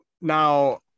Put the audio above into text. now